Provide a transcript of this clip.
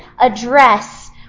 address